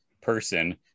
person